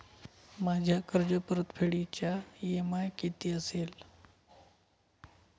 माझ्या कर्जपरतफेडीचा इ.एम.आय किती असेल?